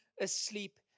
asleep